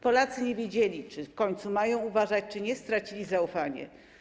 Polacy nie wiedzieli w końcu, czy mają uważać, czy nie, stracili zaufanie.